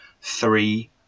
three